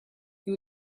you